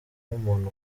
nk’umuntu